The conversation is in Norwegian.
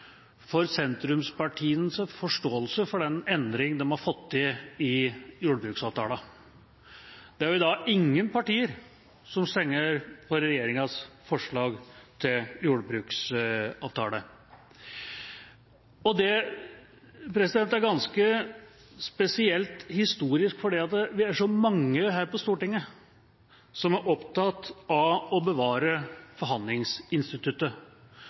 for sentrumspartienes forståelse av den endring de har fått til i jordbruksavtalen. Det er ingen partier som stemmer for regjeringas forslag til jordbruksavtale – det er ganske spesielt historisk – fordi det er så mange her på Stortinget som er opptatt av å bevare forhandlingsinstituttet.